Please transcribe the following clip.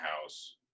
house